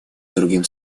другим